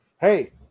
Hey